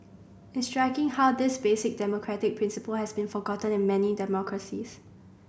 it's striking how this basic democratic principle has been forgotten in many democracies